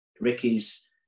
Ricky's